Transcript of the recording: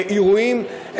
אירועים,